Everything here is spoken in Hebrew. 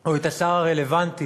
או את השר הרלוונטי